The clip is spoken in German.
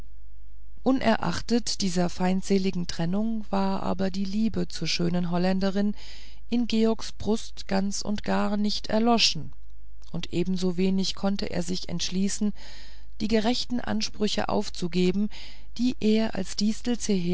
unerachtet dieser feindseligen trennung war aber die liebe zur schönen holländerin in georgs brust ganz und gar nicht erloschen und ebensowenig konnte er sich entschließen die gerechten ansprüche aufzugeben die er als distel